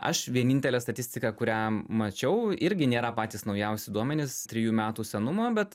aš vienintelę statistiką kurią mačiau irgi nėra patys naujausi duomenys trijų metų senumo bet